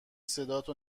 صداتو